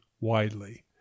widely